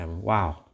Wow